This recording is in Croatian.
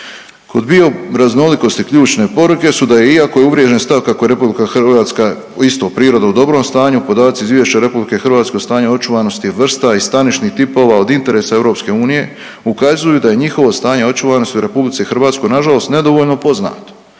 Kod bioraznolikosti ključne poruke su da iako je uvriježen stav kako je RH isto priroda u dobrom stanju, podaci Izvješća RH o stanju očuvanosti vrsta i stanišnih tipova od interesa EU ukazuju da je njihovo stanje očuvanosti u RH nažalost nedovoljno poznato,